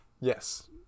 Yes